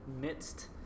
midst